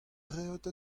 reot